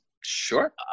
Sure